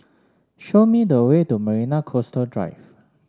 show me the way to Marina Coastal Drive